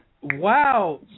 Wow